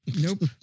Nope